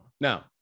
Now